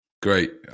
great